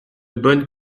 bonnes